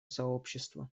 сообщества